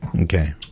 okay